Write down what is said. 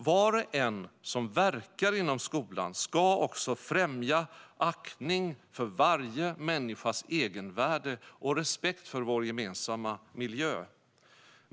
Var och en som verkar inom skolan ska också främja aktning för varje människas egenvärde och respekt för vår gemensamma miljö.